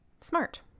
Smart